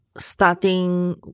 starting